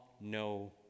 no